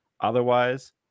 Otherwise